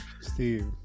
Steve